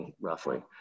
roughly